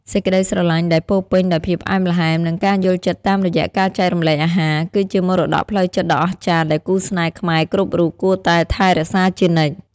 សេចក្ដីស្រឡាញ់ដែលពោរពេញដោយភាពផ្អែមល្ហែម និងការយល់ចិត្តតាមរយៈការចែករំលែកអាហារ គឺជាមរតកផ្លូវចិត្តដ៏អស្ចារ្យដែលគូស្នេហ៍ខ្មែរគ្រប់រូបគួរតែថែរក្សាជានិច្ច។